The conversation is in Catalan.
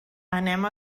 anem